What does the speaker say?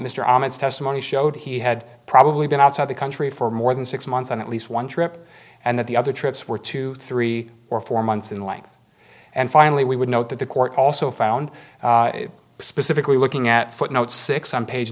testimony showed he had probably been outside the country for more than six months on at least one trip and that the other trips were two three or four months in length and finally we would note that the court also found specifically looking at footnote six on page